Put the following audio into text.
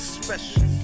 special